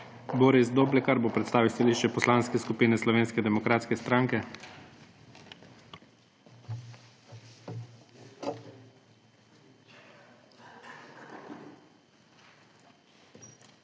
Boris Doblekar bo predstavil stališče Poslanske skupine Slovenske demokratske stranke.